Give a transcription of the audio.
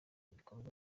bikorwa